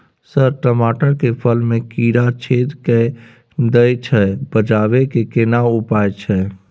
Sir टमाटर के फल में कीरा छेद के दैय छैय बचाबै के केना उपाय छैय?